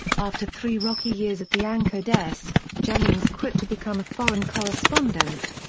after three rocky years at the anchor desk, jennings quit to become a foreign correspondent.